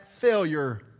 failure